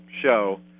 show